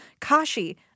Kashi